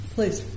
Please